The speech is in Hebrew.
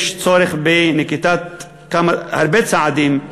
יש צורך בנקיטת הרבה צעדים,